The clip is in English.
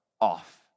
off